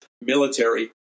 military